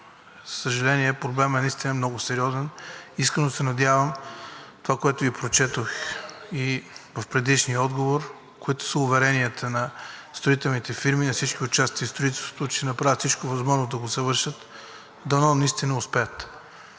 съжаление, проблемът наистина е много сериозен. Искрено се надявам това, което Ви прочетох и в предишния отговор, които са уверенията на строителните фирми, на всички участници в строителството, че ще направят всичко възможно да го завършат. Дано наистина успеят,